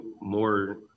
more